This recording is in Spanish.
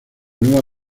nueva